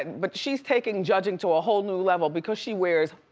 but she's taking judging to a whole new level because she wears